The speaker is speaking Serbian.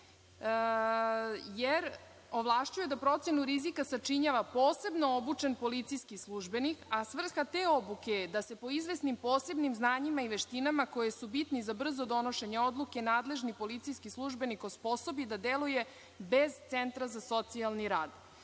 jer ovlašćuje da procenu rizika sačinjava posebno obučen policijski službenik, a svrha te obuke je da se po izvesnim posebnim znanjima i veštinama koje su bitne za brzo donošenje odluke, nadležni policijski službenik osposobi da deluje bez centra za socijalni rad.